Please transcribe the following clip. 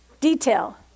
detail